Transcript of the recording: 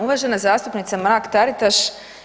Uvažena zastupnice Mrak Taritaš.